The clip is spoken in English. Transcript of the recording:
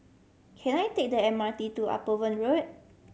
can I take the M R T to Upavon Road